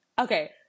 Okay